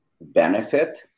benefit